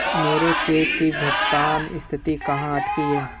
मेरे चेक की भुगतान स्थिति कहाँ अटकी है?